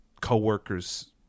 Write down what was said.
co-workers